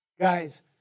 guys